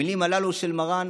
המילים הללו של מר"ן